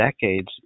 decades